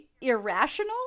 irrational